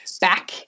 back